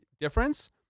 difference